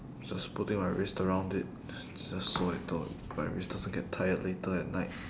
just putting my wrist around it just so I thought my wrist doesn't get tired later at night